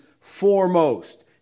foremost